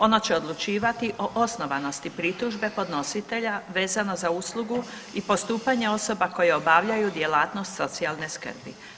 Ono će odlučivati o osnovanosti pritužbe podnositelja vezano za uslugu i postupanje osoba koje obavljaju djelatnost socijalne skrbi.